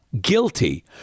guilty